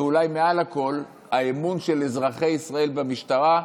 ואולי מעל הכול: האמון של אזרחי ישראל במשטרה,